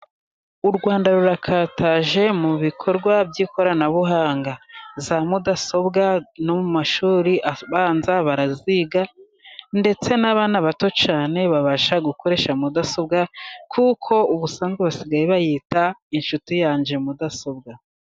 U Rwanda rurakataje mu bikorwa by'ikoranabuhanga, za mudasobwa no mu mashuri abanza baraziga ndetse n' abato babasha gukoresha mudasobwa kuko ubusanzwe basigaye bayita inshuti yanjye mudasobwa.